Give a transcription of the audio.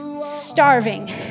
starving